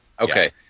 Okay